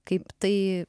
kaip tai